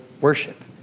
worship